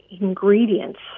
ingredients